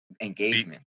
engagement